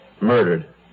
Murdered